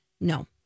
No